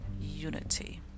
unity